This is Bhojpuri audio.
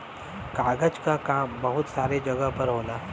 कागज क काम बहुत सारे जगह पर होला